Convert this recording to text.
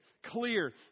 clear